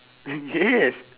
yes